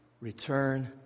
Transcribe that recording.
return